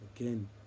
again